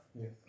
Yes